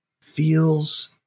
feels